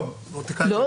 לא.